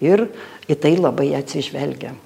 ir į tai labai atsižvelgiam